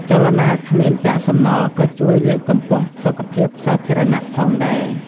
ចលនាគ្មានកាកសំណល់ក៏ជួយលើកកម្ពស់សុខភាពសាធារណៈផងដែរ។